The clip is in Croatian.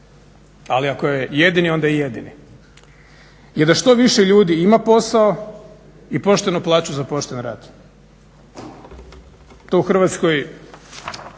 ali ako je jedini onda je jedini je da što više ljudi ima posao i poštenu plaću za pošteni rad. To u Hrvatskoj